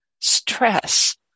stress